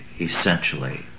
essentially